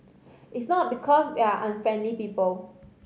it's not because we are unfriendly people